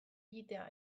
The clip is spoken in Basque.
egitea